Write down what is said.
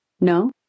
No